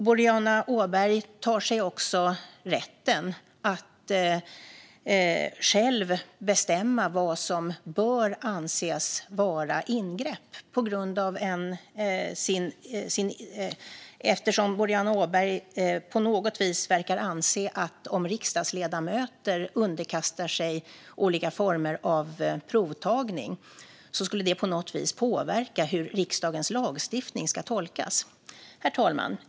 Boriana Åberg tar sig också rätten att själv bestämma vad som bör anses vara ingrepp eftersom Boriana Åberg verkar anse att om riksdagsledamöter underkastar sig olika former av provtagning skulle det på något vis påverka hur riksdagens lagstiftning ska tolkas. Herr talman!